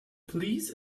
police